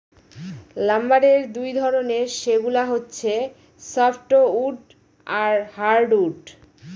লাম্বারের দুই ধরনের, সেগুলা হচ্ছে সফ্টউড আর হার্ডউড